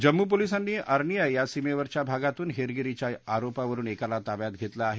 जम्मू पोलिसांनी अर्निया या सीमेवरच्या गावातून हेरगिरीच्या आरोपावरुन एकाला ताब्यात घेतलं आहे